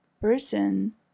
person